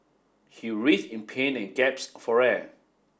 he writhed in pain and gasp for air